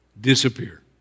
disappear